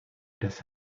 das